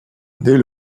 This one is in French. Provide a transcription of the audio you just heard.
dès